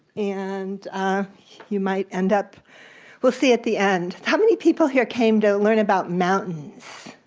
and you might end up we'll see at the end. how many people here came to learn about mountains?